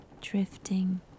drifting